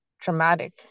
traumatic